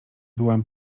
byłam